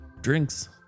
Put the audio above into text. drinks